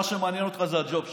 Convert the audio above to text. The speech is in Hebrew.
מה שמעניין אותך זה הג'וב שלך.